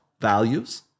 values